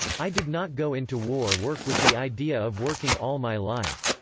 i did not go into war work with the idea of working all my life.